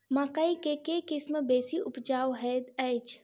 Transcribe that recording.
मकई केँ के किसिम बेसी उपजाउ हएत अछि?